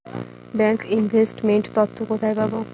Bank investment তথ্য কোথায় পাব?